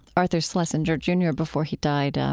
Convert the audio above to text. arthur schlesinger jr. before he died. ah